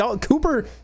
Cooper